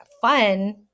fun